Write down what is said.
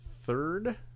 third